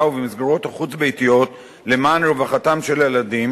ובמסגרות החוץ-ביתיות למען רווחתם של הילדים,